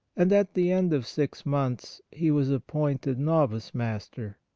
and at the end of six months he was appointed novice master.